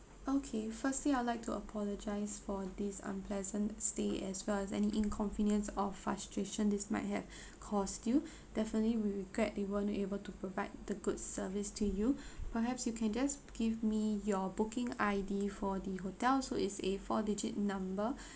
okay first thing I'd like to apologise for this unpleasant stay as well as any inconvenience or frustration this might have cause you definitely we regret they weren't able to provide the good service to you perhaps you can just give me your booking I_D for the hotel so it's a four digit number